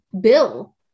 bill